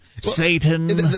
Satan